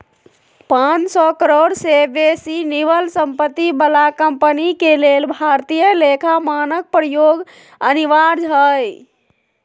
पांन सौ करोड़ से बेशी निवल सम्पत्ति बला कंपनी के लेल भारतीय लेखा मानक प्रयोग अनिवार्य हइ